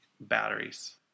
batteries